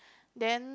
then